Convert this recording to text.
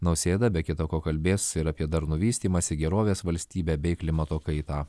nausėda be kita ko kalbės ir apie darnų vystymąsi gerovės valstybę bei klimato kaitą